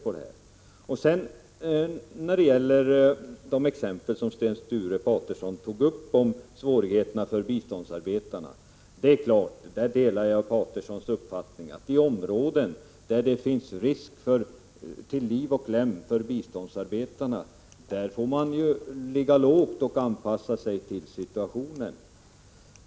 När det sedan gäller de exempel som Sten Sture Paterson tog upp om svårigheterna för biståndsarbetarna delar jag Patersons uppfattning att man i de områden där biståndsarbetarna löper risk till liv och lem får ligga lågt och anpassa sig till situationen.